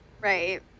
right